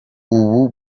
ubu